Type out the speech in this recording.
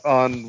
on